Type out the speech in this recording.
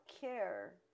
care